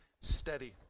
steady